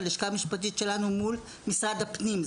של הלשכה המשפטית שלנו מול משרד הפנים.